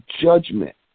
judgment